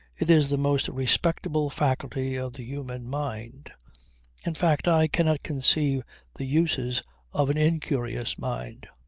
it is the most respectable faculty of the human mind in fact i cannot conceive the uses of an incurious mind.